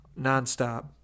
nonstop